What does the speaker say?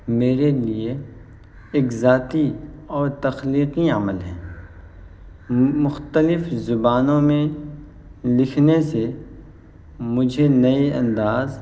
میرے لیے ایک ذاتی اور تخلیقی عمل ہے مختلف زبانوں میں لکھنے سے مجھے نئے انداز